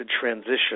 transition